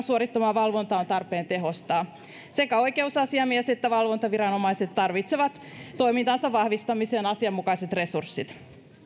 suorittamaa valvontaa on tarpeen tehostaa sekä oikeusasiamies että valvontaviranomaiset tarvitsevat toimintansa vahvistamiseen asianmukaiset resurssit